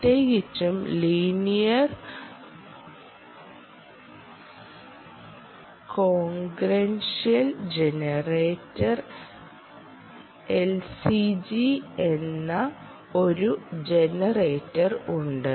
പ്രത്യേകിച്ചും linear congruential generator LCG എന്ന ഒരു ജനറേറ്റർ ഉണ്ട്